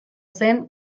zen